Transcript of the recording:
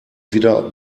wieder